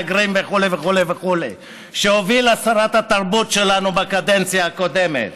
מהגרים וכו' וכו' שהובילה שרת התרבות שלנו בקדנציה הקודמת,